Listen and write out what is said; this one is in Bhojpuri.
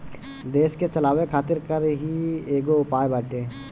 देस के चलावे खातिर कर ही एगो उपाय बाटे